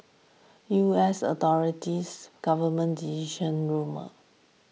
U S authorities government decision rumour